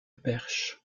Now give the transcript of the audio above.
perche